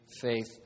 faith